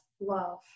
love